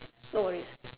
no worries